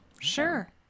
Sure